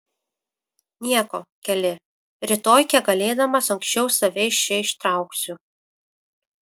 nieko keli rytoj kiek galėdamas anksčiau tave iš čia ištrauksiu